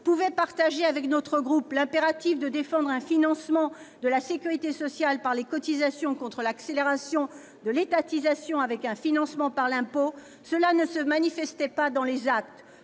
pouvait partager avec notre groupe l'impératif de défendre un financement de la sécurité sociale par les cotisations, contre l'accélération de l'étatisation avec un financement par l'impôt, cela ne se manifestait pas dans les actes.